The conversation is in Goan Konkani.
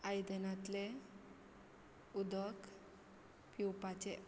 आयदनातलें उदक पिवपाचें